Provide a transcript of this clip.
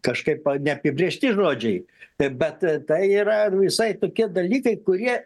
kažkaip neapibrėžti žodžiai bet tai yra visai tokie dalykai kurie